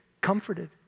comforted